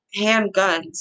handguns